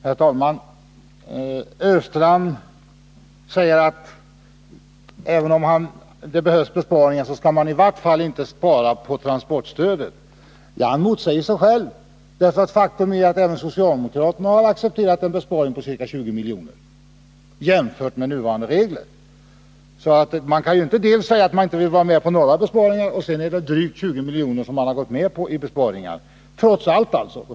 Herr talman! Olle Östrand säger att även om det behövs besparingar, skall man i vart fall inte spara på transportstödet. Han motsäger sig själv. Faktum är att även socialdemokraterna har accepterat en besparing på ca 20 milj.kr., jämfört med nuvarande regler. Man kan ju inte säga att man inte vill vara med på några besparingar, samtidigt som man har gått med på drygt 20 milj.kr. i besparingar trots allt.